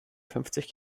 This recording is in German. fünfzig